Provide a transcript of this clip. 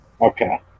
Okay